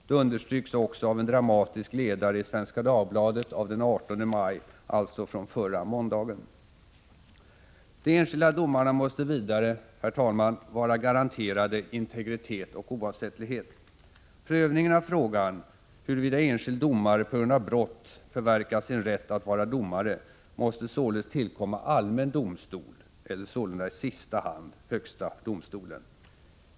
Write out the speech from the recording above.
Det understryks också av en dramatisk ledare i Svenska Dagbladet av den 18 maj, alltså från förra måndagen. De enskilda domarna måste vidare, herr talman, vara garanterade integritet och oavsättlighet. Prövningen av frågan, huruvida enskild domare på grund av brott förverkat sin rätt att vara domare, måste således tillkomma allmän domstol eller sålunda i sista hand högsta domstolen.